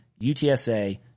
UTSA